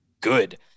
good